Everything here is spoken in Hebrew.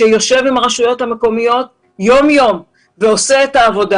שיושב עם הרשויות המקומיות יום יום ועושה את העבודה.